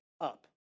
up